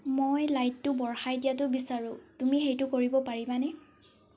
মই লাইটটো বঢ়াই দিয়াটো বিচাৰোঁ তুমি সেইটো কৰিব পাৰিবানে